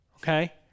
okay